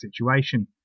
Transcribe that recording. situation